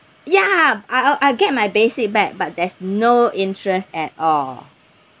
ya I I'll get my basic back but there's no interest at all